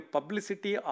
Publicity